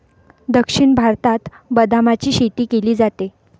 दक्षिण भारतात बदामाची शेती केली जाते